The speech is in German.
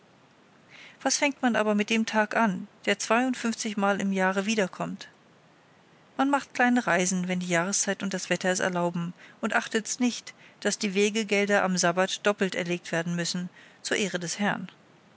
was fängt man aber mit dem tage an der zweiundfünfzigmal im jahre wiederkommt man macht kleine reisen wenn die jahreszeit und das wetter es erlauben und achtet's nicht daß die wegegelder am sabbat doppelt erlegt werden müssen zur ehre des herrn